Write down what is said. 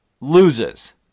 loses